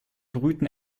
brüten